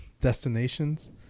destinations